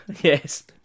yes